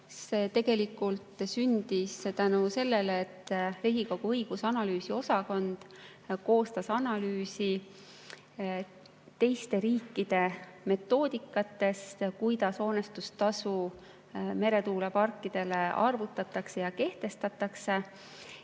See tegelikult sündis tänu sellele, et Riigikogu Kantselei õigus‑ ja analüüsiosakond koostas analüüsi teiste riikide metoodikatest, kuidas hoonestustasu meretuuleparkidele arvutatakse ja kehtestatakse,